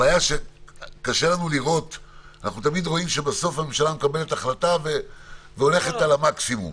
הבעיה שאנחנו תמיד רואים שבסוף הממשלה מקבלת החלטה והולכת על המקסימום.